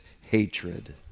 hatred